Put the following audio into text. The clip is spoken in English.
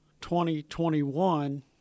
2021